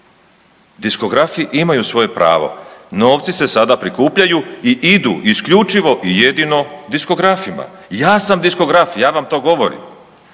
Diskografi imaju svoje pravo, novci se sada prikupljaju i idu isključivo i jedino diskografima. Ja sam diskograf, ja vam to govorim.